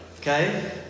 Okay